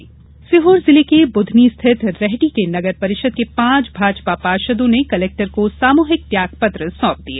सामूहिक त्यागपत्र सीहोर जिले के बुधनी स्थित रेहटी की नगर परिषद के पांच भाजपा पार्षदों ने कलेक्टर को सामूहिक त्यागपत्र सौंप दिए